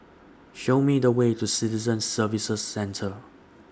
Show Me The Way to Citizen Services Centre